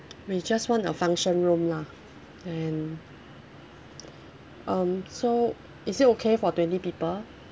we just want a function room lah and um so is it okay for twenty people